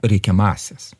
reikia masės